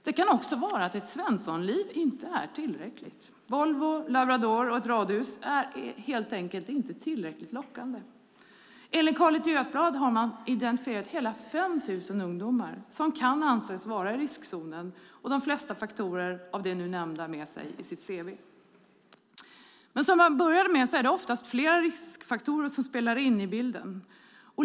Det kan också vara så att ett Svenssonliv inte är tillräckligt. Volvo, labrador och ett radhus är helt enkelt inte tillräckligt lockande. Enligt Carin Götblad har man identifierat hela 5 000 ungdomar som kan anses vara i riskzonen och som har de flesta av de nu nämnda faktorerna med sig i sitt cv. Som jag började med att säga är det dock oftast flera riskfaktorer som spelar in i bilden.